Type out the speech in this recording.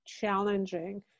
challenging